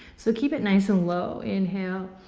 so keep it nice and low. inhale,